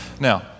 Now